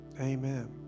Amen